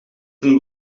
een